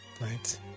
Right